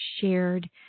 shared